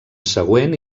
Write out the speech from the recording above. següent